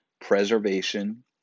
preservation